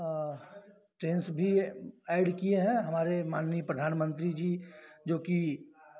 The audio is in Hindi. ट्रेन्स भी एड किए हैं हमारे माननीय प्रधानमन्त्री जी जोकि